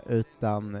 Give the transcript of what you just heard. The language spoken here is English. utan